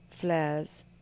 flares